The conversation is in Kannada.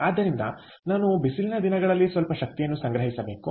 ಆದ್ದರಿಂದ ನಾನು ಬಿಸಿಲಿನ ದಿನಗಳಲ್ಲಿ ಸ್ವಲ್ಪ ಶಕ್ತಿಯನ್ನು ಸಂಗ್ರಹಿಸಬೇಕು